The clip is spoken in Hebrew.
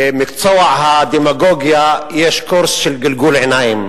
במקצוע הדמגוגיה יש קורס של גלגול עיניים: